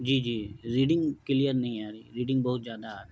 جی جی reading clear نہیں آ رہی ریڈنگ بہت زیادہ آ رہا